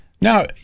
Now